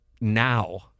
now